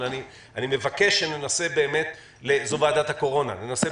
אבל זאת ועדת הקורונה ואני מבקש שננסה